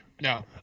No